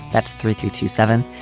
that's three three two seven.